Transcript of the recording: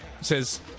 says